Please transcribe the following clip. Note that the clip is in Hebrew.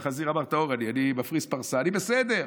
החזיר אמר: טהור אני, אני מפריס פרסה, אני בסדר.